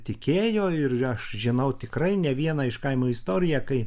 tikėjo ir aš žinau tikrai ne vieną iš kaimo istoriją kai